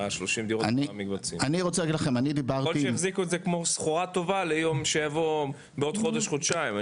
יכול להיות שהחזיקו את זה כמו סחורה טובה ליום שיבוא בעוד חודש חודשיים.